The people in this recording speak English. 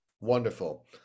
Wonderful